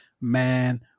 Man